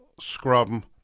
scrum